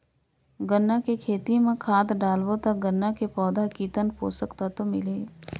गन्ना के खेती मां खाद डालबो ता गन्ना के पौधा कितन पोषक तत्व मिलही?